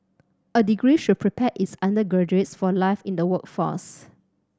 a degree should prepare its undergraduates for life in the workforce